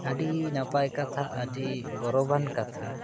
ᱟᱹᱰᱤ ᱱᱟᱯᱟᱭ ᱠᱟᱛᱷᱟ ᱟᱹᱰᱤ ᱜᱚᱨᱚᱵᱟᱱ ᱠᱟᱛᱷᱟ